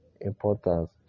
important